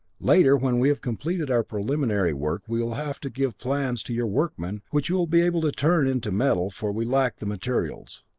later, when we have completed our preliminary work, we will have to give plans to your workmen, which you will be able to turn into metal, for we lack the materials.